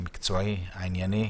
המקצועי והענייני.